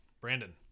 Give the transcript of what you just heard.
Brandon